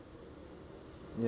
ya